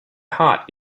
heart